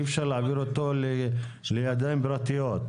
אי אפשר להעביר אותו לידיים פרטיות.